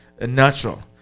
natural